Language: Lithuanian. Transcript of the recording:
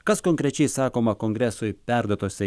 kas konkrečiai sakoma kongresui perduotose